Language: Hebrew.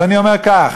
אז אני אומר כך: